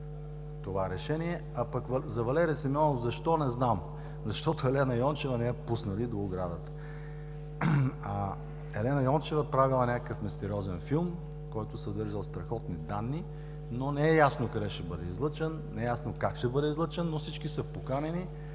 това решение, а пък за Валери Симеонов – защо – не знам, защото Елена Йончева не я пуснали до оградата. А Елена Йончева правила някакъв мистериозен филм, който съдържал страхотни данни, но не е ясно къде ще бъде излъчен, не е ясно как ще бъде излъчен, но всички са поканени,